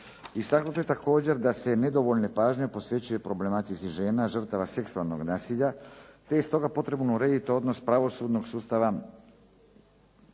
Istaknuto je također da se nedovoljna pažnja posvećuje problematici žena žrtava seksualnog nasilja te je stoga potrebno urediti odnos pravosudnog sustava